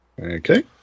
Okay